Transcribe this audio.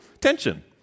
tension